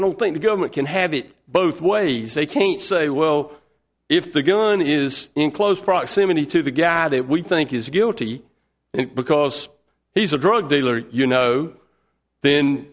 don't think the government can have it both ways they can't say well if the gun is in close proximity to the guy that we think is guilty because he's a drug dealer you know then